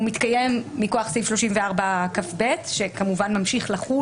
הוא מתקיים מכוח סעיף 34כב שכמובן ממשיך לחול.